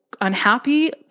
unhappy